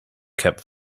kept